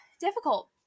difficult